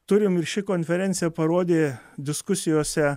turim ir ši konferencija parodė diskusijose